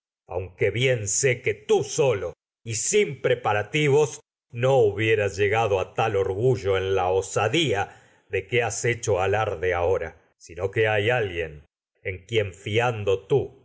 aunque bien sé a que tú solo sin preparativos hubieras llegado tal orgullo en la osadía de que has hecho tú alarde has ahora esto sino que hay alguien en quien mas es fiando